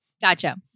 Gotcha